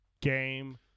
Game